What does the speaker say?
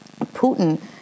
Putin